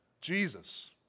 Jesus